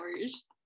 hours